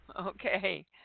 Okay